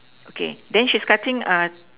okay then she's cutting uh